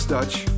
Dutch